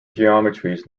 geometries